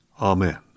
Amen